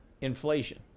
inflation